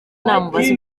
namubaza